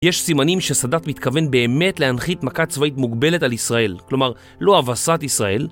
יש סימנים שסאדת מתכוון באמת להנחית מכה צבאית מוגבלת על ישראל, כלומר לא אבסת ישראל